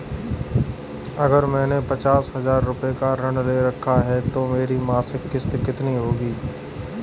अगर मैंने पचास हज़ार रूपये का ऋण ले रखा है तो मेरी मासिक किश्त कितनी होगी?